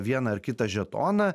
vieną ar kitą žetoną